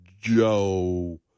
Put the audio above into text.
Joe